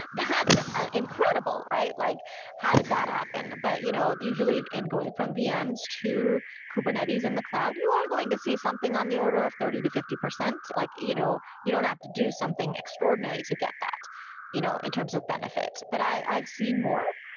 that's ah incredible. like how did that happen? but, you know usually, in going from vms to kubernetes in the cloud, you are going to see something on the order of thirty percent to fifty percent. like you know you don't have to do something extraordinary to get that you know in terms of benefits. but i've seen more.